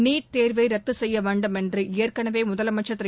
NEET தேர்வை ரத்து செய்ய வேண்டும் என்று ஏற்கனவே முதலமைச்சர் திரு